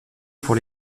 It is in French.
pour